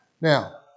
Now